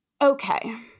Okay